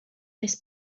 this